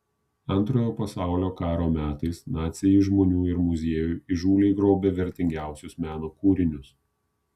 antrojo pasaulio karo metais naciai iš žmonių ir muziejų įžūliai grobė vertingiausius meno kūrinius